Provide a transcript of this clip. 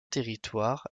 territoire